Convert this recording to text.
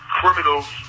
criminals